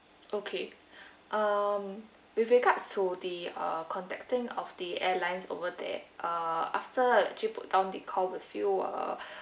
okay uh with regards to the uh contacting of the airlines over there uh after we actually put down the call with you uh